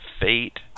fate